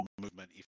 movement